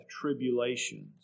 tribulations